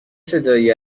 صدایی